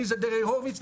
מי זה נרי הורביץ?